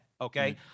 Okay